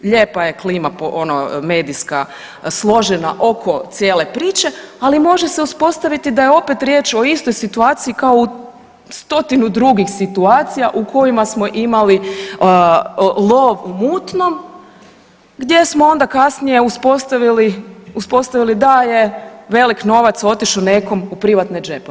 Lijepa je klima po ono, medijska, složena oko cijele priče, ali može se uspostaviti da je opet riječ o istoj situaciji kao u stotinu drugih situacija u kojima smo imali lov u mutnom gdje smo onda kasnije uspostavili da je velik novac otišao nekom u privatne džepove.